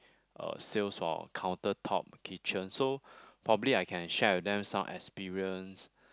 uh sales for counter top kitchen so probably I can share with them some experience